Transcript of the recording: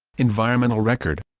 environmental record